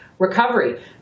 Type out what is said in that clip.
Recovery